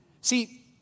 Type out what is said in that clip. See